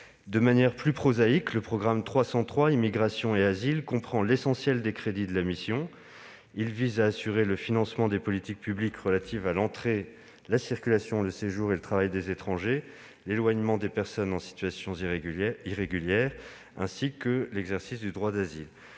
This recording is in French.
De manière plus prosaïque, le programme 303, « Immigration et asile », comprend l'essentiel des crédits de la mission. Il vise à assurer le financement des politiques publiques relatives à l'entrée, la circulation, le séjour et le travail des étrangers, l'éloignement des personnes en situation irrégulière, ainsi que l'exercice du droit d'asile.